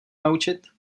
naučit